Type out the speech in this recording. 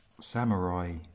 samurai